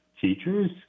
teachers